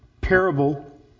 parable